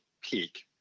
peak